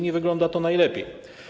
Nie wygląda to najlepiej.